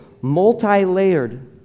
multi-layered